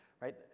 right